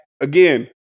again